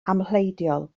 amhleidiol